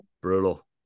brutal